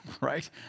right